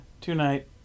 tonight